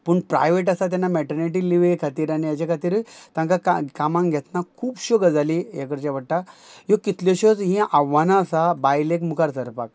पूण प्रायवेट आसता तेन्ना मॅटर्नेटी लिवे खातीर आनी हेजे खातीर तांकां का कामांक घेतना खुबश्यो गजाली हें करचें पडटा ह्यो कितल्योश्योच हीं आव्हानां आसा बायलेक मुखार सरपाक